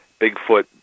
Bigfoot